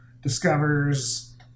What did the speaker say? discovers